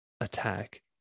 attack